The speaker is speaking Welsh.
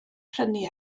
prynu